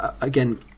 again